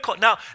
Now